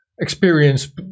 experience